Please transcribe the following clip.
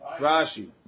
Rashi